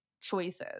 choices